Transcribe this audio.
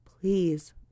please